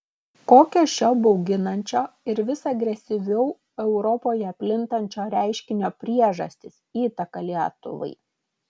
kokios šio bauginančio ir vis agresyviau europoje plintančio reiškinio priežastys įtaka lietuvai